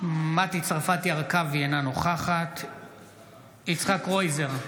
מטי צרפתי הרכבי, אינה נוכחת יצחק קרויזר,